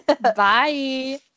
Bye